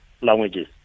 languages